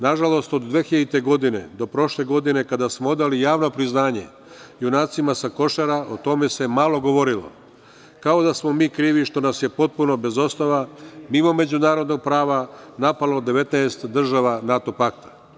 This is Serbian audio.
Na žalost od 2000. godine do prošle godine kada smo odali javno priznanje junacima sa Košara, o tome se malo govorilo, kao da smo mi krivi što nas je potpuno bez osnova mimo međunarodnog prava napalo 19 država NATO pakta.